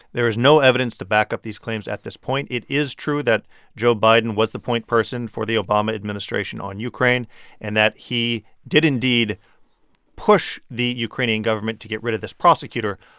there is no evidence to back up these claims at this point. it is true that joe biden was the point person for the obama administration on ukraine and that he did indeed push the ukrainian government to get rid of this prosecutor.